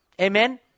Amen